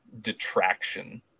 detraction